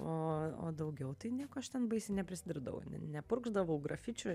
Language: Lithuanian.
o o daugiau tai nieko aš ten baisiai neprisidirbdavau ne nepurkšdavau grafičių